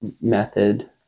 method